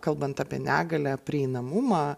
kalbant apie negalią prieinamumą